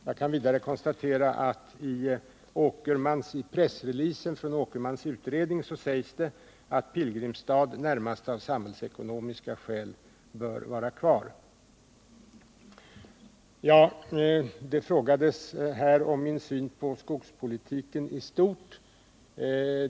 Jag kan vidare konstatera att det i pressreleasen från Åkerman sägs att Pilgrimstad närmast av samhällsekonomiska skäl bör vara kvar. Det frågades också om min syn på skogspolitiken i stort.